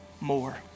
more